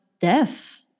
death